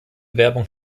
werbung